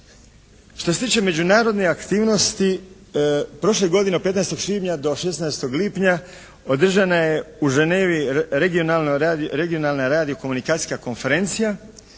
Što se tiče međunarodne aktivnosti prošle godine od 15. svibnja do 16. lipnja održana je u Ženevi regionalna radio-komunikacijska konferencija